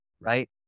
right